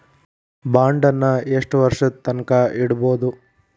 ಬಾಂಡನ್ನ ಯೆಷ್ಟ್ ವರ್ಷದ್ ತನ್ಕಾ ಇಡ್ಬೊದು?